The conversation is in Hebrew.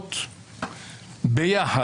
הצעות ביחד,